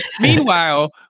meanwhile